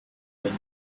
plank